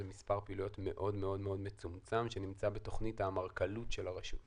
אלה מספר פעילויות מאוד מאוד מצומצם שנמצא בתכנית האמרכלות של הרשות.